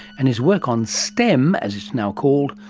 and his work on stem as it is now called,